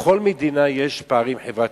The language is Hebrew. בכל מדינה יש פערים חברתיים.